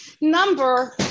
number